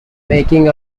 making